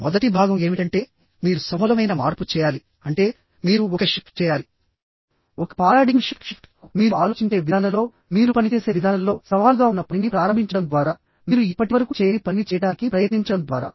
మొదటి భాగం ఏమిటంటే మీరు సమూలమైన మార్పు చేయాలి అంటే మీరు ఒక షిఫ్ట్ చేయాలిఒక పారాడిగ్మ్ షిఫ్ట్ మీరు ఆలోచించే విధానంలో మీరు పనిచేసే విధానంలో సవాలుగా ఉన్న పనిని ప్రారంభించడం ద్వారా మీరు ఇప్పటివరకు చేయని పనిని చేయడానికి ప్రయత్నించడం ద్వారా